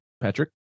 Patrick